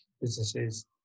businesses